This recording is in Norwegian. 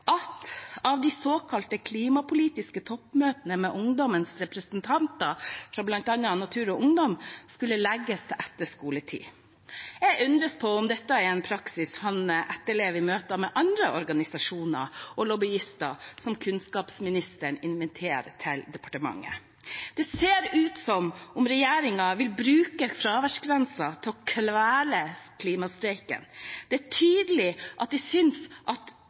de såkalte klimapolitiske toppmøtene med ungdommenes representanter fra bl.a. Natur og Ungdom skulle legges til etter skoletid. Jeg undres på om dette er en praksis han etterlever i møte med andre organisasjoner og lobbyister som kunnskapsministeren inviterer til departementet. Det ser ut som om regjeringen vil bruke fraværsgrensen til å kvele klimastreiken, og det er tydelig at de synes